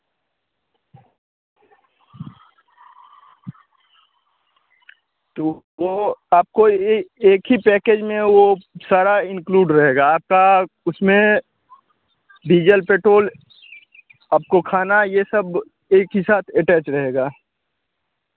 तो वह आपको एक ही पैकेज में वो सारा इंक्लूड रहेगा आपका उसमें डीजल पेट्रोल आपको खाना यह सब एक ही साथ अटैच रहेगा